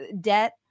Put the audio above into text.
debt